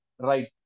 right